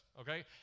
Okay